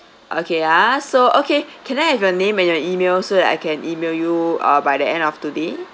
okay ah so okay can I have your name and your email so that I can email you uh by the end of today